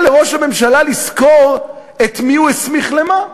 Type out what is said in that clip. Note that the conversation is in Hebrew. לראש הממשלה לזכור את מי הוא הסמיך למה.